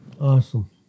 awesome